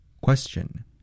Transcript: Question